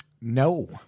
No